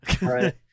Right